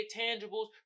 tangibles